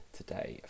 today